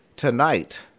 Tonight